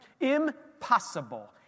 Impossible